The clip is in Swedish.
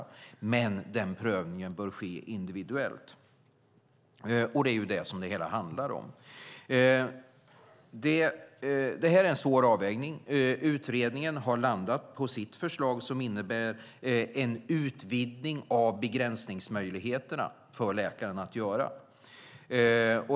Men den prövningen bör ske individuellt, och det är det som det hela handlar om. Det här är en svår avvägning. Utredningen har landat på sitt förslag som innebär en utvidgning av läkarens möjligheter att göra begränsningar.